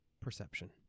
Perception